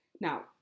Now